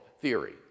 theory